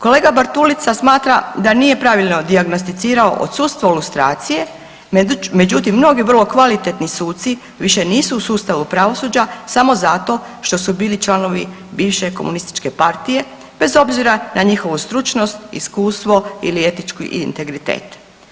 Kolega Bartulica smatra da nije pravilno dijagnosticirao odsustvo lustracije, međutim mnogi vrlo kvalitetni suci više nisu u sustavu pravosuđa samo zato što su bili članovi bivše komunističke partije bez obzira na njihovu stručnost, iskustvo ili etički integritet.